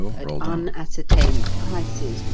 at unascertained prices,